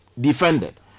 defended